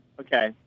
okay